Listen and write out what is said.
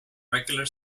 regular